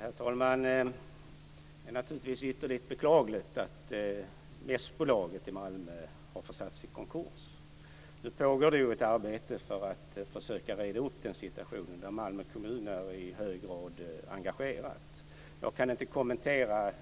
Herr talman! Det är naturligtvis ytterligt beklagligt att mässbolaget i Malmö har försatts i konkurs. Nu pågår ett arbete för att försöka reda upp den situationen, där Malmö kommun i hög grad är engagerad. Jag kan inte kommentera